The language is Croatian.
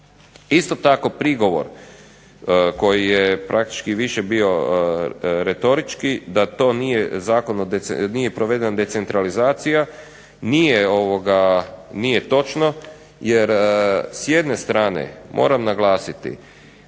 Isto tako prigovor koji je praktički više bio retorički, da nije provedena decentralizacija, nije točno jer s jedne strane moram naglasiti